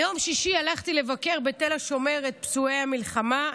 ביום שישי הלכתי לבקר בתל השומר את פצועי המלחמה,